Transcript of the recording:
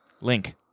Link